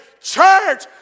Church